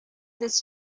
this